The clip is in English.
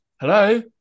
Hello